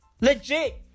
Legit